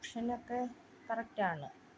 ഓപ്ഷനൊക്കെ കറക്റ്റാണ്